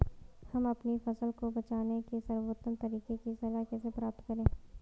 हम अपनी फसल को बचाने के सर्वोत्तम तरीके की सलाह कैसे प्राप्त करें?